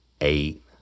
eight